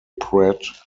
pratt